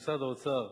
במשרד האוצר,